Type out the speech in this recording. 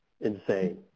insane